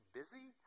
busy